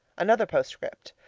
another postscript.